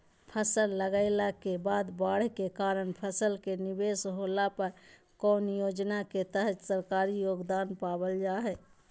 फसल लगाईला के बाद बाढ़ के कारण फसल के निवेस होला पर कौन योजना के तहत सरकारी योगदान पाबल जा हय?